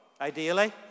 ideally